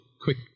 quick